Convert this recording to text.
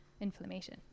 inflammation